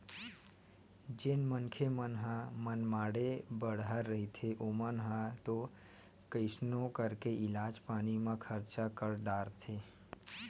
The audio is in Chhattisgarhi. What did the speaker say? जेन मनखे मन ह मनमाड़े बड़हर रहिथे ओमन ह तो कइसनो करके इलाज पानी म खरचा कर डारथे